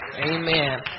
Amen